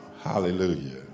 hallelujah